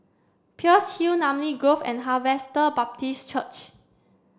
Peirce Hill Namly Grove and Harvester Baptist Church